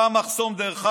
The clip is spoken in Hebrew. אתה המחסום, דרך אגב,